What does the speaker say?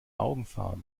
augenfarbe